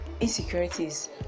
insecurities